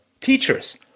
teachers